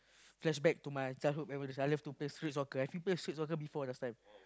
flashback to my childhood where I love to play street soccer everyday play street soccer last time